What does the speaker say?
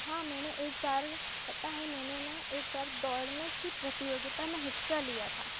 हाँ मैंने एक बार पता है मैंने ना एक बार दौड़ने कि प्रतियोगिता में हिस्सा लिया था